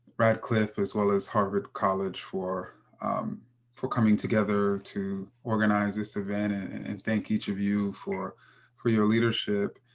radcliffe as well as harvard college for for coming together to organize this event, and thank each of you for for your leadership.